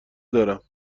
دارم